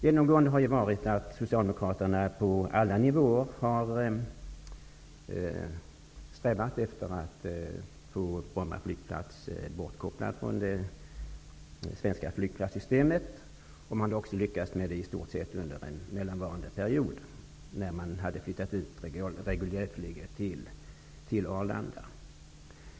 Genomgående har varit att Socialdemokraterna på alla nivåer har strävat efter att få Bromma flygplats bortkopplad från det svenska flygplatssystemet. Man har i stort sett lyckats med det under en mellanperiod, när reguljärflyget flyttades ut till Arlanda.